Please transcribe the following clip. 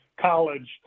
college